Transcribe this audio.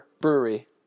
Brewery